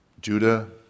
Judah